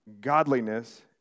godliness